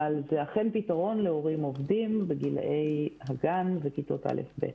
אבל אכן זה פתרון להורים עובדים שיש להם ילדים בגיל הגן ובכיתות א'-ב'.